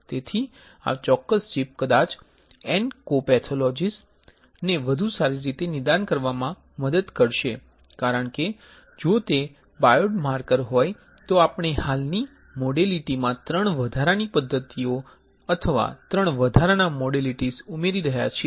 તેથી આ ચોક્કસ ચિપ કદાચ ઓનકોપેથોલોજીઝ ને વધુ સારી રીતે નિદાન કરવામાં મદદ કરશે કારણ કે જો તે બાયોડમાર્કર હોય તો આપણે હાલની મોડેલિટી માં ત્રણ વધારાની પદ્ધતિઓ અથવા ત્રણ વધારાના મોડેલિટીઝ ઉમેરી રહ્યા છીએ